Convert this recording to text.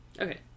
Okay